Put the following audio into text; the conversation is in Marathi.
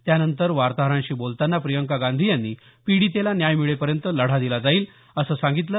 त्यानंतर वार्ताहरांशी बोलतांना प्रियंका गांधी यांनी पिडितेला न्याय मिळेपर्यंत लढा दिला जाईल असं सांगितलं